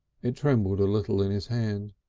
it trembled a little in his hand.